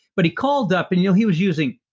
but he called up, and you know he was using